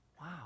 Wow